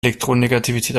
elektronegativität